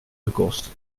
gekost